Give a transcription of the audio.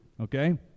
okay